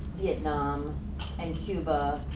vietnam and cuba